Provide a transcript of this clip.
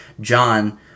John